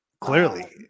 Clearly